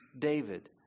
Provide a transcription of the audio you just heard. David